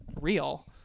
real